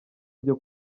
byo